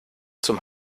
zum